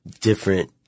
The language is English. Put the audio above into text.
different